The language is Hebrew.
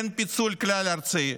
אין פיצוי כלל ארצי,